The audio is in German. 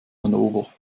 hannover